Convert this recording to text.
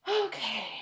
Okay